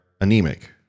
anemic